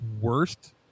worst